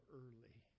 early